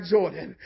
Jordan